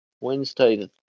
Wednesday